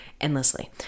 endlessly